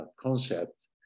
concept